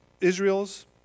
Israel's